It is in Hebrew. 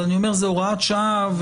זאת הוראת שעה.